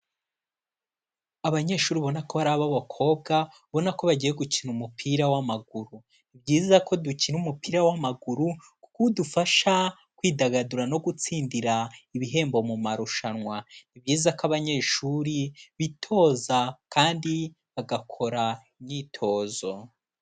Abanyeshuri ubona ko ari ab'abakobwa, ubona ko bagiye gukina umupira w'amaguru. Ni byiza ko dukina umupira w'amaguru kuko dufasha kwidagadura no gutsindira ibihembo mu marushanwa. Ni byiza ko abanyeshuri bitoza kandi bagakora imyitozo.